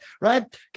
right